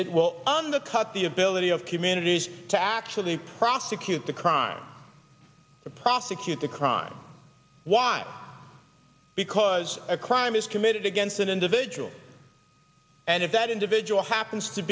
it will undercut the ability of communities to actually prosecute the crime prosecute the crime why not because a crime is committed against an individual and if that individual happens to